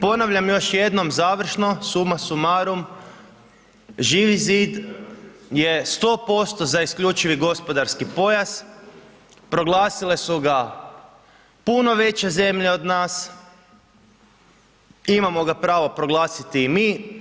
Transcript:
Ponavljam još jednom završno, suma summarum Živi zid je 100% za isključivi gospodarski pojas, proglasile su ga puno veće zemlje od nas, imamo ga pravo proglasiti i mi.